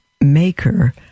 Maker